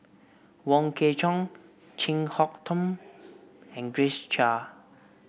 Wong Kwei Cheong Chin Harn Tong and Grace Chia